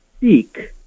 seek